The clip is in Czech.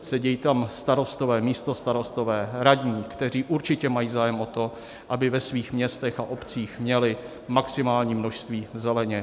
Sedí tam starostové, místostarostové, radní, kteří určitě mají zájem o to, aby ve svých městech a obcích měli maximální množství zeleně.